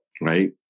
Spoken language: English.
Right